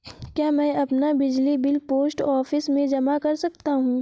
क्या मैं अपना बिजली बिल पोस्ट ऑफिस में जमा कर सकता हूँ?